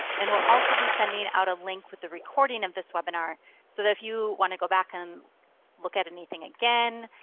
and we'll also be sending out a link with the recording of this webinar so if you wanna go back and look at anything again.